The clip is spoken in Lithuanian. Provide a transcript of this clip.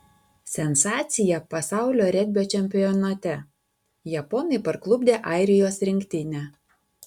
sensacija pasaulio regbio čempionate japonai parklupdė airijos rinktinę